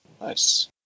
Nice